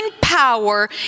power